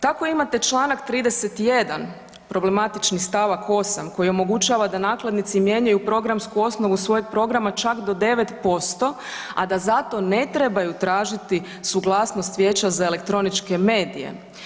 Tako imate članak 31. problematični stavak 8. koji omogućava da nakladnici mijenjaju programsku osnovu svojeg programa čak do 9%, a da za to ne trebaju tražiti suglasnost Vijeća za elektroničke medije.